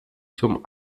zum